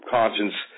conscience